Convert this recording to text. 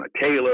Taylor